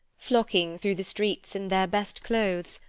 flocking through the streets in their best clothes,